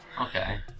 Okay